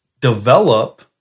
develop